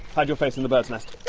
hide your face in the bird's nest!